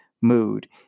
mood